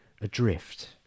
Adrift